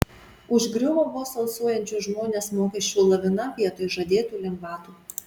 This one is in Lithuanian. užgriuvo vos alsuojančius žmones mokesčių lavina vietoj žadėtų lengvatų